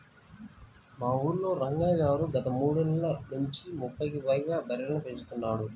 మా ఊల్లో రంగయ్య గారు గత మూడేళ్ళ నుంచి ముప్పైకి పైగా బర్రెలని పెంచుతున్నాడు